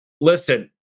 listen